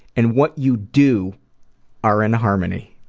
and what you do are in harmony.